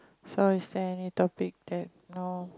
so is there any topic that no